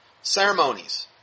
ceremonies